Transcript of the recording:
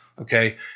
okay